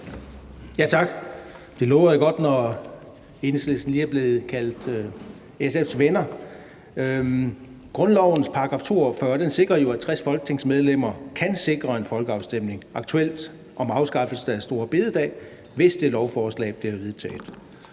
Tak. Det lover jo godt, når Enhedslisten lige er blevet kaldt SF's venner. Grundlovens § 42 sikrer jo, at 60 folketingsmedlemmer kan sikre en folkeafstemning, aktuelt om afskaffelse af store bededag, hvis det lovforslag bliver vedtaget.